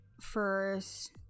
First